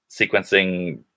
sequencing